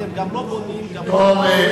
ואתם גם לא בונים וגם לא מדברים.